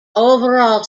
overall